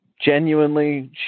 genuinely